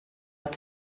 għat